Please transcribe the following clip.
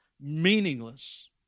meaningless